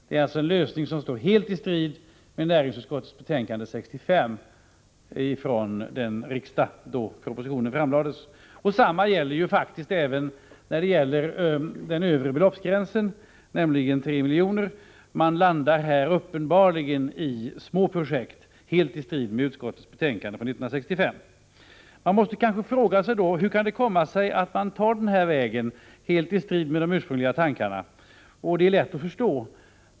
Det är alltså en lösning som står helt i strid med vad som uttalades i näringsutskottets betänkande 65 från 1980/81 års riksmöte. Detsamma gäller även i fråga om den övre beloppsgränsen på 3 milj.kr. Det kommer uppenbarligen att handla om små projekt, helt i strid med vad som sades i utskottets betänkande 65. Man frågar sig då hur det kan komma sig att regeringen väljer den här vägen, helt i strid med de ursprungliga tankarna. Det är lätt att förstå.